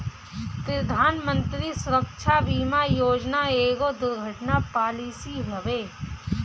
प्रधानमंत्री सुरक्षा बीमा योजना एगो दुर्घटना पॉलिसी हवे